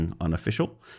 Unofficial